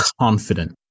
confident